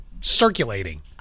circulating